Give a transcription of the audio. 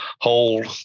hold